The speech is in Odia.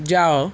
ଯାଅ